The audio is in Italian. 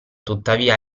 tuttavia